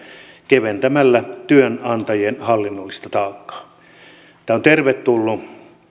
keventämällä työnantajien hallinnollista taakkaa tämä on tervetullut